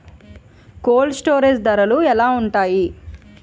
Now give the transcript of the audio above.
Cold storage ధరలు ఎలా ఉంటాయి?